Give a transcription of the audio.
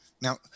Now